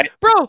bro –